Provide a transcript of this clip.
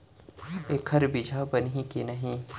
एखर बीजहा बनही के नहीं?